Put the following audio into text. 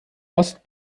ost